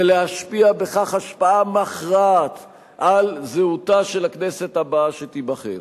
ולהשפיע בכך השפעה מכרעת על זהותה של הכנסת הבאה שתיבחר.